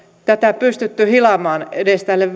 tätä pystytty hilaamaan edes tälle